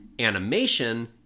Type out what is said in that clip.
Animation